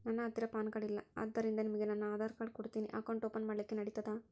ನನ್ನ ಹತ್ತಿರ PAN card ಇಲ್ಲ ಆದ್ದರಿಂದ ನಿಮಗೆ ನನ್ನ ಆಧಾರ್ ಕಾರ್ಡ್ ಕೊಡ್ತೇನಿ ಅಕೌಂಟ್ ಓಪನ್ ಮಾಡ್ಲಿಕ್ಕೆ ನಡಿತದಾ?